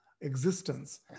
existence